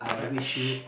I